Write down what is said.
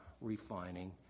refining